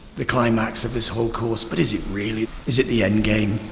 the climax of this whole course. but is it really? is it the end game,